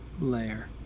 layer